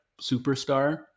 superstar